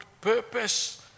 purpose